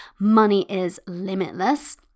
MONEYISLIMITLESS